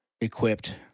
equipped